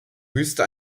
wüste